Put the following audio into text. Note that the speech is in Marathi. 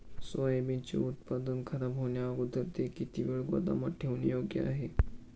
सोयाबीनचे उत्पादन खराब होण्याअगोदर ते किती वेळ गोदामात ठेवणे योग्य आहे?